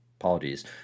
Apologies